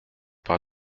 par